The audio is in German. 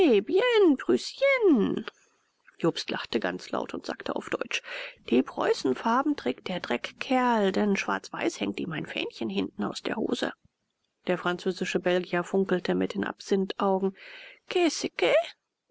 jobst lachte ganz laut und sagte auf deutsch die preußenfarben trägt der dreckkerl denn schwarzweiß hängt ihm ein fähnchen hinten aus der hose der französische belgier funkelte mit den